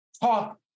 talk